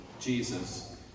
Jesus